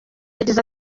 yagize